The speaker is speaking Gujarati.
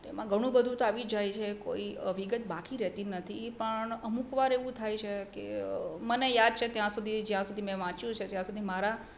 તો એમાં ઘણું બધું તો આવી જ જાય છે કોઈ વિગત બાકી રહેતી નથી પણ અમુક વાર એવું થાય છે કે મને યાદ છે ત્યાં સુધી જ્યાં સુધી મેં વાંચ્યું છે ત્યાં જ્યાં સુધી મારા